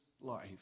life